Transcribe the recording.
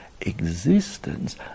existence